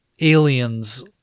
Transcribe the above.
aliens